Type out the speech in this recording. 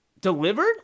Delivered